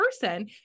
person